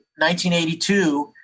1982